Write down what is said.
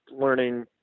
learning